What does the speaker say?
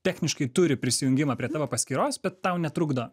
techniškai turi prisijungimą prie tavo paskyros bet tau netrukdo